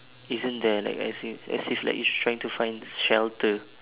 isn't there like as if as if like you trying to find shelter